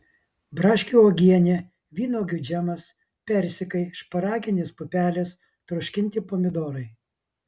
braškių uogienė vynuogių džemas persikai šparaginės pupelės troškinti pomidorai